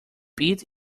bit